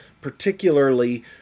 particularly